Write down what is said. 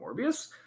Morbius